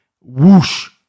whoosh